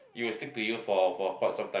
it will stick to you for for quite sometimes